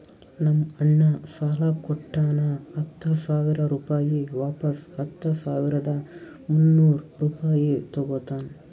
ನಮ್ ಅಣ್ಣಾ ಸಾಲಾ ಕೊಟ್ಟಾನ ಹತ್ತ ಸಾವಿರ ರುಪಾಯಿ ವಾಪಿಸ್ ಹತ್ತ ಸಾವಿರದ ಮುನ್ನೂರ್ ರುಪಾಯಿ ತಗೋತ್ತಾನ್